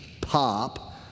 pop